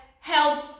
held